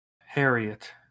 Harriet